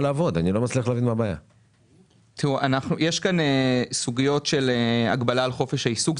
יש כאן סוגיות של הגבלה על חופש העיסוק.